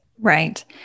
Right